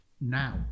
now